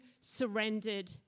surrendered